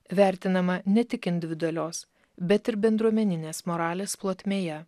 vertinama ne tik individualios bet ir bendruomeninės moralės plotmėje